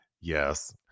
yes